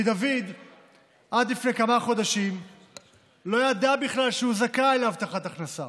כי דוד עד לפני כמה חודשים לא ידע בכלל שהוא זכאי להבטחת הכנסה.